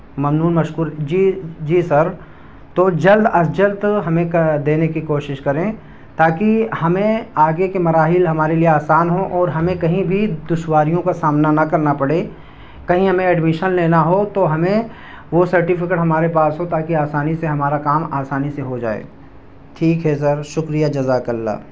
ممنون مشکور جی جی سر تو جلد از جلد ہمیں دینے کی کوشش کریں تاکہ ہمیں آگے کے مراحل ہمارے لیے آسان ہوں اور ہمیں کہیں بھی دشواریوں کا سامنا نہ کرنا پڑے کہیں ہمیں ایڈمیشن لینا ہو تو ہمیں وہ سرٹیفکیٹ ہمارے پاس ہو تاکہ آسانی سے ہمارا کام آسانی سے ہو جائے ٹھیک ہے سر شکریہ جزاک اللہ